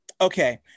okay